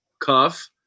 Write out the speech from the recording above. cuff